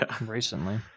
recently